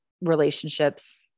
relationships